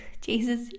Jesus